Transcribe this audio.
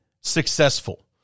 successful